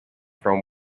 from